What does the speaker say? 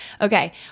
Okay